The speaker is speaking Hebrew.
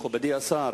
מכובדי השר,